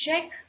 check